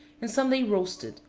and some they roasted,